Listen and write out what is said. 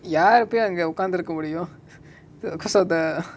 யாரு போய் அங்க உக்காந்து இருக்க முடியு:yaaru poai anga ukkanthu iruka mudiyu because of the